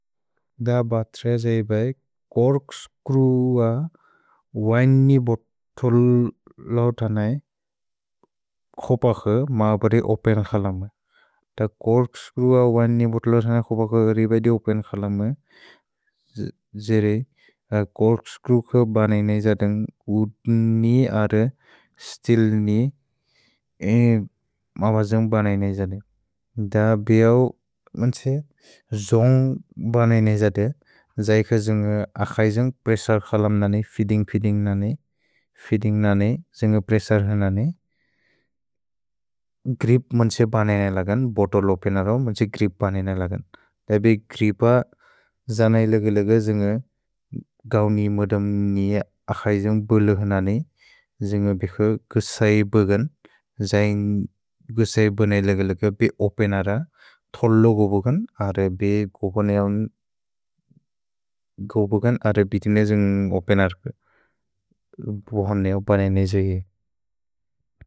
द बत्र जै बए कोर्क्स्क्रुअ वैन् नि बोतोल् लो तनै खोपक् म बदे ओपेन् क्सलम्। त कोर्क्स्क्रुअ वैन् नि बोतोल् लो तनै खोपक् रि बदे ओपेन् क्सलम्। जेरे कोर्क्स्क्रुअ बनेइन् ऐजदन्ग् उद्नि अर् स्तिल्नि ए म बजेउन्ग् बनेइन् ऐजदन्ग्। द बिऔ मन्से जोन्ग् बनेइन् ऐजदग्। जै क जुन्ग् अखैजन्ग् प्रेसर् क्सलम् नने, फीदिन्ग् फीदिन्ग् नने, फीदिन्ग् नने, जुन्ग् प्रेसर् हने नने। ग्रिप् मन्से बनेइन् ऐजगन्ग्, बोतोल् ओपेन् अरव् मन्से ग्रिप् बनेइन् ऐजगन्ग्। द बिऔ ग्रिप जनै लगलग जुन्ग् गौ नि मोदम् नि अखैजन्ग् बोलु हने, जुन्ग् बेखु गुसै बगन्। जैन् गुसै बनेइ लगलग बिऔ ओपेन् अरव्, थोलो गो बगन्, अरव् बिऔ गो बगन्, अरव् बितिने जुन्ग् ओपेन् अरव् बनेइन् ऐजगि।